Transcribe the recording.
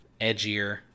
edgier